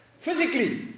Physically